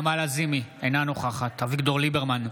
נעמה לזימי, אינה נוכחת אביגדור ליברמן,